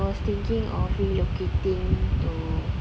I was thinking of relocating to